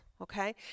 okay